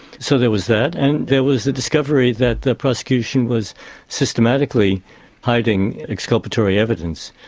so there was that, and there was the discovery that the prosecution was systematically hiding exculpatory evidence.